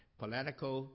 political